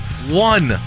One